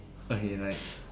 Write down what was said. okay like